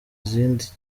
izindi